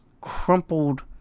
crumpled